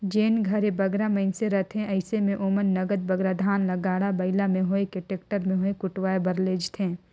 जेन घरे बगरा मइनसे रहथें अइसे में ओमन नगद बगरा धान ल गाड़ा बइला में होए कि टेक्टर में होए कुटवाए बर लेइजथें